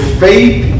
faith